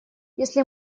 если